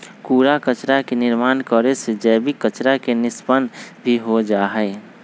कूड़ा कचरा के निर्माण करे से जैविक कचरा के निष्पन्न भी हो जाहई